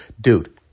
dude